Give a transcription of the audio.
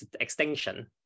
extinction